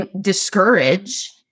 discourage